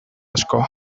asko